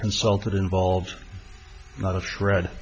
consulted involved not a shred